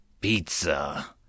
Pizza